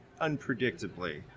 unpredictably